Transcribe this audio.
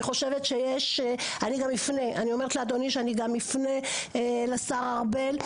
אני אומרת לאדוני שאני גם אפנה לשר ארבל.